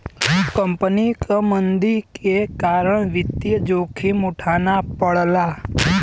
company क मंदी के कारण वित्तीय जोखिम उठाना पड़ला